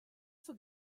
for